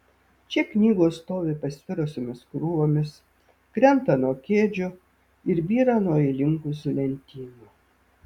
čia knygos stovi pasvirusiomis krūvomis krenta nuo kėdžių ir byra nuo įlinkusių lentynų